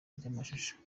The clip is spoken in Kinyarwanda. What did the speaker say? ry’amashusho